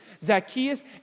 Zacchaeus